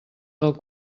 del